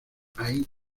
ahí